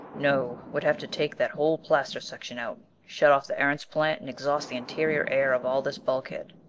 no. would have to take that whole plaster section out, shut off the erentz plant and exhaust the interior air of all this bulkhead.